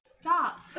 stop